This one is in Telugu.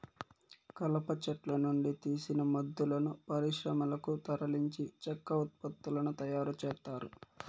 కలప చెట్ల నుండి తీసిన మొద్దులను పరిశ్రమలకు తరలించి చెక్క ఉత్పత్తులను తయారు చేత్తారు